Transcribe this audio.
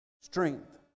strength